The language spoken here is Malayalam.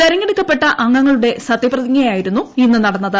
തെരഞ്ഞെടുക്കപ്പെട്ട അംഗങ്ങളുടെ സത്യപ്രതിജ്ഞയായിരുന്നു ഇന്ന് നടന്നത്